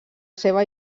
seva